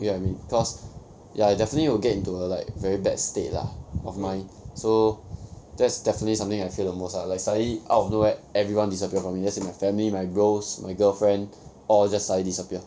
ya with cause ya I definitely will get into a like very bad state lah of mind so that's definitely something I fear the most lah like suddenly out of nowhere everyone disappear from me let's say my family my bros my girlfriend all just suddenly disappear